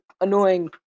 annoying